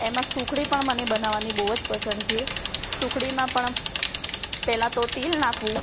એમાં સુખડી પણ મને બનવવાની બહુ જ પસંદ છે સુખડીમાં પણ પહેલાં તો તેલ નાખવું